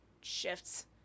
shifts